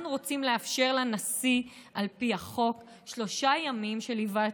אנחנו רוצים לאפשר לנשיא על פי החוק שלושה ימים של היוועצות.